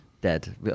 Dead